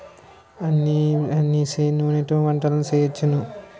అవిసె నూనెతో వంటలు సేయొచ్చును